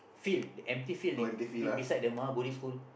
field the empty field in be beside the Maha-Bodhi-School